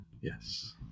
Yes